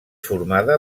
formada